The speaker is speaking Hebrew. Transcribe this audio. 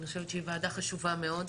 אני חושבת שהיא ועדה חשובה מאוד.